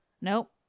Nope